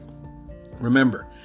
Remember